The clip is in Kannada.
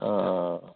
ಹಾಂ ಹಾಂ ಹಾಂ